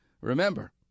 Remember